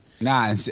Nah